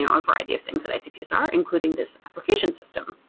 and a variety of things at icpsr including this application system.